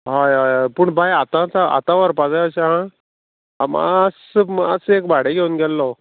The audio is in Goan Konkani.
हय हय हय पूण बाय आतां आतां आतां व्हरपा जाय अशें आसा मातसो मातसो एक भाडें घेवन गेल्लो